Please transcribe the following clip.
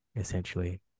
Essentially